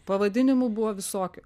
pavadinimų buvo visokių